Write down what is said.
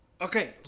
Okay